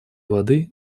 воды